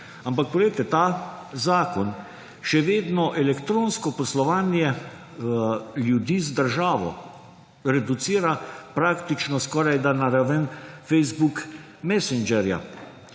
Ampak poglejte, ta zakon še vedno elektronsko poslovanje ljudi z državo, reducira praktično skorajda na raven Facebook Messengerja